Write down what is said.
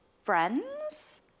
friends